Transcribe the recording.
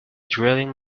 drilling